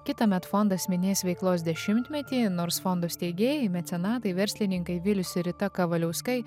kitąmet fondas minės veiklos dešimtmetį nors fondo steigėjai mecenatai verslininkai vilius ir rita kavaliauskai